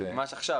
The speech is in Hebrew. ממש עכשיו